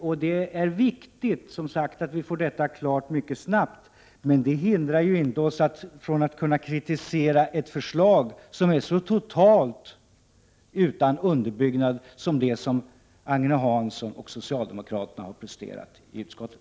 Och det är som sagt viktigt att vi får detta klart mycket snart, men det hindrar oss ju inte att kritisera ett förslag som är så totalt utan underbyggnad som det som Agne Hansson och socialdemokraterna har presterat i utskottet.